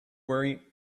worry